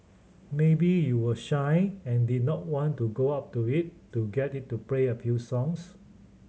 maybe you were shy and didn't want to go up to it to get it to play a few songs